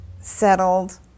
settled